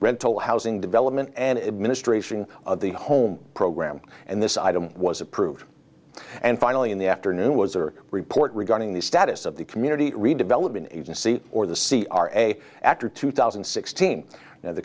rental housing development and administration of the home program and this item was approved and finally in the afternoon was or report regarding the status of the community redevelopment agency or the c r a after two thousand and sixteen now the